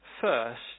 first